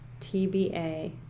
TBA